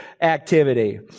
activity